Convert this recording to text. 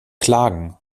klagen